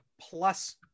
plus